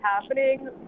happening